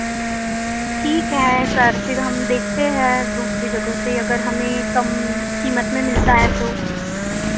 ठीक है सर फिर हम देखते हैं दूसरी जगह से अगर हमें कम कीमत में मिलता है तो